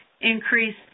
increase